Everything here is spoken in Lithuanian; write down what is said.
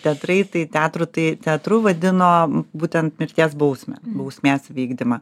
teatrai tai teatru tai teatru vadino būtent mirties bausmę bausmės vykdymą